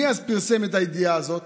מי אז פרסם את הידיעה הזאת?